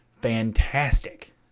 fantastic